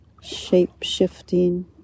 shape-shifting